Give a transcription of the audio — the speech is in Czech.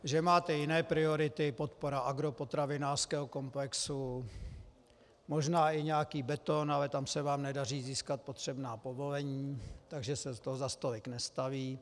Že máte jiné priority podpora agropotravinářského komplexu, možná i nějaký beton, ale tam se vám nedaří získat potřebná povolení, takže se toho zase tolik nestaví.